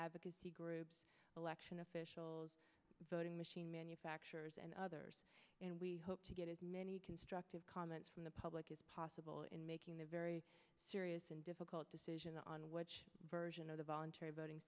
advocacy groups election officials voting machine manufacturers and others and we hope to get as many constructive comments from the public as possible in making the very serious and difficult decision on which version of the voluntary voting